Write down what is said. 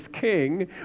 king